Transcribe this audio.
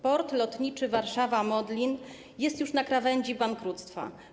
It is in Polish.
Port lotniczy Warszawa-Modlin jest już na krawędzi bankructwa.